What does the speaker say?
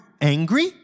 angry